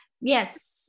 yes